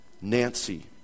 Nancy